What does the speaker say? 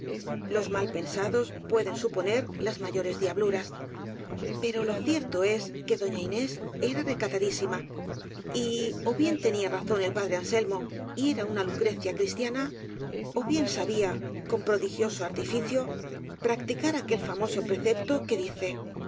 los mal pensados pue den suponer las mayores diabluras pero lo cierto es que doña inés era recatadísima y ó bien tenía razón el padre anselmo y era una lucrecia cristia na ó bien sabía con prodigioso artificio practicar aquel famoso precepto que dice